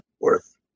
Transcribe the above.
worth